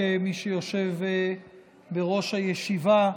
כמי שיושב בראש הישיבה,